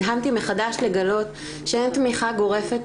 נדהמתי מחדש לגלות שאין תמיכה גורפת